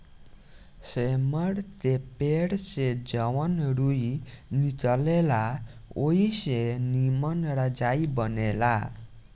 सेमर के पेड़ से जवन रूई निकलेला ओई से निमन रजाई बनेला